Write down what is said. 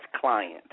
client